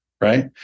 right